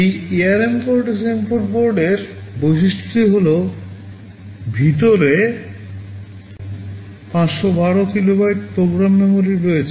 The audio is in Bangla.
এই ARM CORTEX M4বোর্ডের বৈশিষ্ট্যটি হল ভিতরে 512 কিলোবাইট প্রোগ্রাম মেমরি রয়েছে